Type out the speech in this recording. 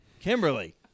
Kimberly